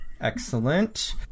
Excellent